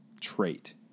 trait